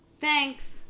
thanks